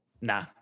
Nah